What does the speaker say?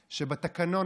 שבתקנון,